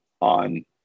on